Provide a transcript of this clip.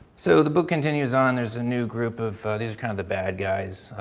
so, the book continues on. there's a new group of, these kind of the bad guys.